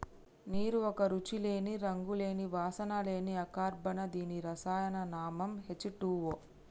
నీరు ఒక రుచి లేని, రంగు లేని, వాసన లేని అకర్బన దీని రసాయన నామం హెచ్ టూవో